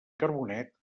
carbonet